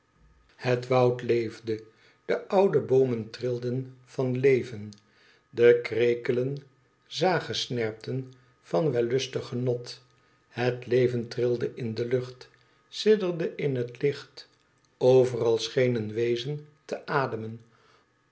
het woud leefde de oude boomen trilden van leven de krekelen zagesnerpten van wellustig genot het leven trilde in de lucht sidderde in het licht overal scheen een wezen te ademen